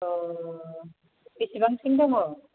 औ बेसेबांसिम दङ